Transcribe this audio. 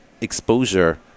exposure